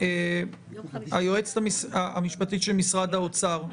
היועצת המשפטית של משרד האוצר,